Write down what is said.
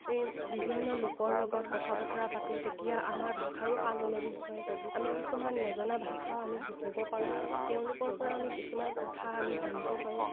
আমি বিভিন্ন লোকৰ লগত কথা বতৰা পাতোঁ তেতিয়া আমাৰ ভাষাৰো সালসলনি হয় আমি কিছুমান নজনা ভাষাও আমি শিকিব পাৰোঁ তেওঁলোকৰপৰা আমি কিছুমান কথা আমি জানিব পাৰোঁ